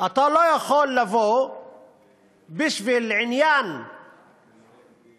אתה לא יכול לבוא בשביל עניין קונקרטי,